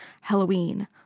Halloween